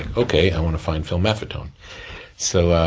and okay, i wanna find phil mafetone so,